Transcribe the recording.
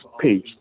page